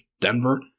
Denver